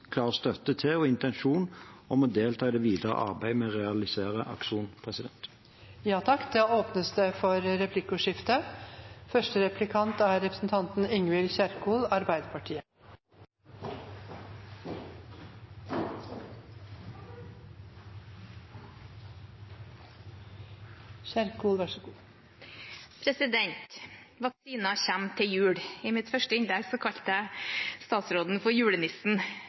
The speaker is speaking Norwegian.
klar støtte til og intensjon om å delta i det videre arbeidet med å realisere Akson. Det blir replikkordskifte. Vaksinen kommer til jul. I mitt første innlegg kalte jeg statsråden for